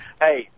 Hey